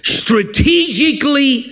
strategically